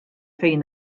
fejn